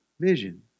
vision